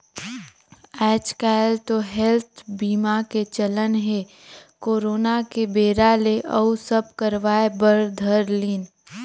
आएज काएल तो हेल्थ बीमा के चलन हे करोना के बेरा ले अउ सब करवाय बर धर लिन